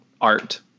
art